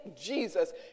Jesus